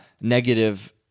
negative